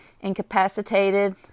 incapacitated